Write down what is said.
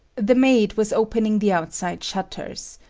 the maid was opening the outside shutters.